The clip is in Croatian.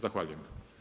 Zahvaljujem.